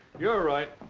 you're right.